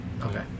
Okay